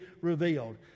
revealed